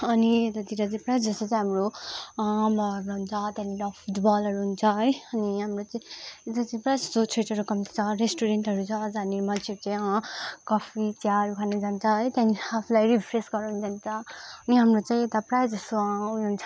अनि यतातिर चाहिँ प्राय जस्तो चाहिँ हाम्रो त्यानिर फुटबलहरू हुन्छ है अनि हाम्रो चाहिँ यता चाहिँ प्राय थेटरहरू कम्ति छ रेस्टुरेन्टहरू छ जहाँनिर मान्छेहरू चाहिँ कफी चियाहरू खानु जान्छ है त्यहाँ देखि आफूलाई रिफ्रेस गराउनु जान्छ नि हाम्रो चाहिँ यता प्राय जसो उयो हुन्छ